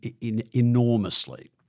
enormously